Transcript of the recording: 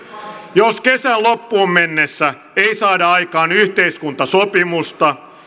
jos kesän loppuun mennessä ei saada aikaan yhteiskuntasopimusta